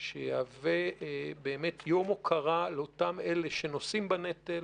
שיהווה יום הוקרה לאותם שנושאים בנטל,